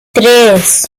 tres